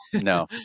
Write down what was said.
no